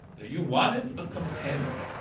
that you wanted a companion.